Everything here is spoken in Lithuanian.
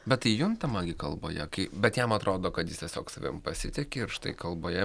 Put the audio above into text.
bet tai juntama gi kalboje kai bet jam atrodo kad jis tiesiog savim pasitiki ir štai kalboje